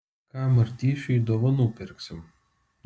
ką martyšiui dovanų pirksim